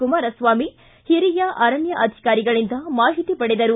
ಕುಮಾರಸ್ವಾಮಿ ಹಿರಿಯ ಅರಣ್ಣ ಅಧಿಕಾರಿಗಳಿಂದ ಮಾಹಿತಿ ಪಡೆದರು